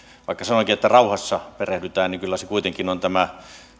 vaikka sanoinkin että rauhassa perehdytään niin kyllä se kuitenkin on tämä